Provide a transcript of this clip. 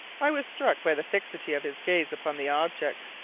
i was struck by the fixity of his gaze upon the object,